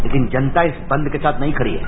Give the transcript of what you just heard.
लेकिन जनता इस बंद के साथ नहीं खड़ी है